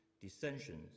dissensions